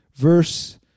Verse